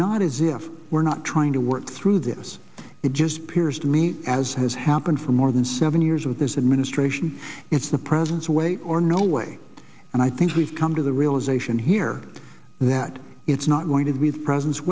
not as if we're not trying to work through this it just appears to me as has happened for more than seven years with this administration it's the present way or no way and i think we've come to the realization here that it's not going to do with presen